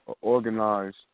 organized